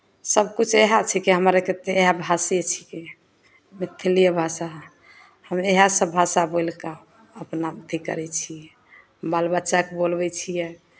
सभकिछु इएह छिकै हमर एतुके इएह भाषे छिकै मैथिलिए भाषा हमे इएहसभ भाषा बोलि कऽ अपना अथी करै छियै बाल बच्चाकेँ बोलबै छियै